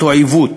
אותו עיוות,